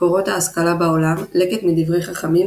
קורות ההשכלה בעולם – לקט מדברי חכמים,